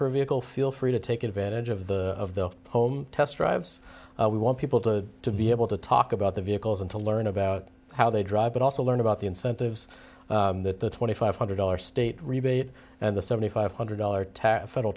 for a vehicle feel free to take advantage of the home test drives we want people to be able to talk about the vehicles and to learn about how they drive but also learn about the incentives that the twenty five hundred dollars state rebate and the seventy five hundred dollars tax federal